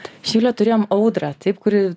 živile turėjom audrą taip kuri